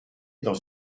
dans